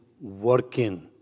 working